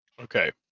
Okay